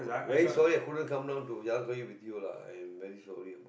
very sorry I couldn't come down to with you lah I'm very sorry